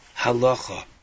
halacha